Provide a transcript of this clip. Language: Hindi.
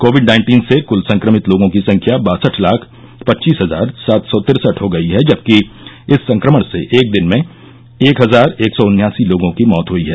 कोविड नाइन्टीन से क्ल संक्रमित लोगों की संख्या बासठ लाख पच्चीस हजार सात सौ तिरसठ हो गई है जबकि इस संक्रमण से एक दिन में एक हजार एक सौ उन्यासी लोगों की मौत हुई है